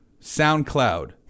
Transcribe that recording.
SoundCloud